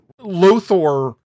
Lothor